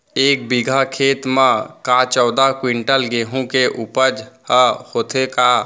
एक बीघा खेत म का चौदह क्विंटल गेहूँ के उपज ह होथे का?